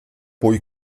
poi